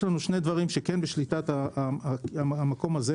יש לנו שני דברים שכן בשליטת המקום הזה.